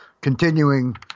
Continuing